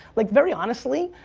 like very honestly,